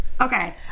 Okay